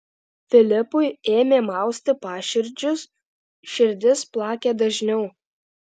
filipui ėmė mausti paširdžius širdis plakė dažniau